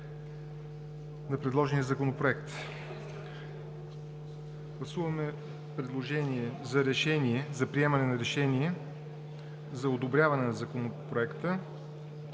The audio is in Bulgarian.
на предложения Законопроект. Гласуваме предложение за Решение за приемане на Решение за одобряване на Законопроекта: